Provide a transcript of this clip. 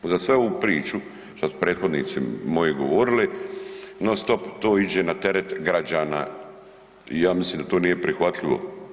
Uza svu ovu priču što su prethodnici moji govorili non stop to iđe na teret građana, ja mislim da to nije prihvatljivo.